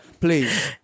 please